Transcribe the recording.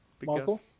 Michael